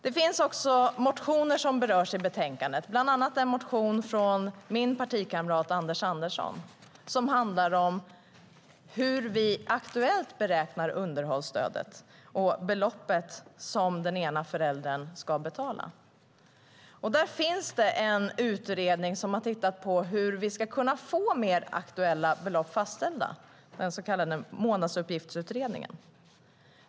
Det finns också motioner som berörs i betänkandet, bland annat en motion från min partikamrat Anders Andersson som handlar om hur vi aktuellt beräknar underhållsstödet och det belopp som den ena föräldern ska betala. Det finns en utredning som har tittat på hur vi ska kunna få mer aktuella belopp fastställda, den så kallade Månadsuppgiftsutredningen.